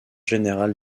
général